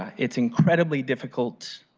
it's incredibly difficult